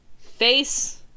Face